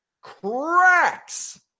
Cracks